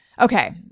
Okay